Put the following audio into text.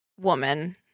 woman